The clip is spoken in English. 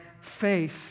faith